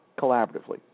collaboratively